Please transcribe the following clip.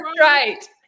right